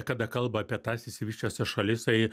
kada kalba apie tas išsivysčiusias šalis tai